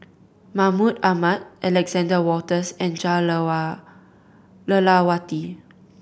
Mahmud Ahmad Alexander Wolters and Jah Lelawati